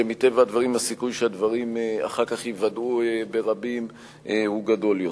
שבה מטבע הדברים הסיכוי שהדברים ייוודעו אחר כך ברבים הוא גדול יותר.